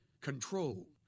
control